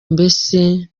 mbese